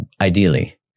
ideally